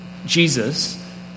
Jesus